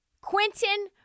Quentin